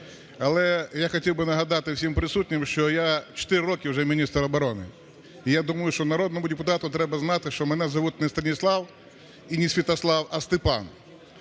Але я хотів би нагадати всім присутнім, що я чотири роки вже міністр оборони і, я думаю, що народному депутату треба знати, що мене звуть не Станіслав, і не Святослав, а Степан.